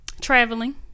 traveling